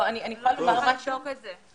אני יכולה לבדוק את זה.